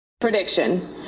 Prediction